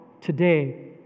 today